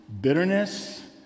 bitterness